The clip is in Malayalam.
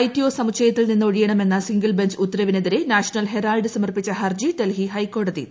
് ന്യൂഡൽഹിയിലെ ഐ ടി ഒ സമുച്ചയത്തിൽ നിന്ന് ഒഴിയണമെന്ന സിംഗിൾ ബഞ്ച് ഉത്തരവിനെതിരെ നാഷണൽ ഹെറാൾഡ് സമർപ്പിച്ച ഹർജി ഡൽഹി ഹൈക്കോടതി തള്ളി